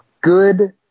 good